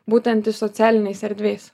būtent iš socialinės erdvės